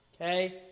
Okay